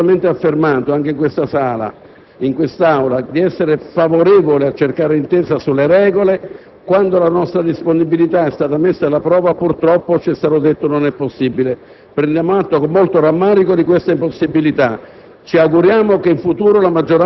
questo, perché abbiamo ripetutamente affermato, anche in quest'Aula, di essere favorevoli a cercare l'intesa sulle regole; ma, quando la nostra disponibilità è stata messa alla prova, purtroppo ci è stato detto che non era possibile. Prendiamo atto con molto rammarico di questa impossibilità.